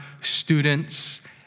students